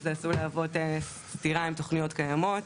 שזה עשוי להיות בסתירה עם תוכניות קיימות